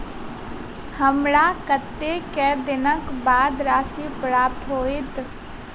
हमरा कत्तेक दिनक बाद राशि प्राप्त होइत?